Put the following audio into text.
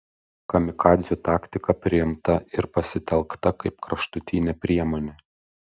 kamikadzių taktika priimta ir pasitelkta kaip kraštutinė priemonė